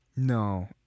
No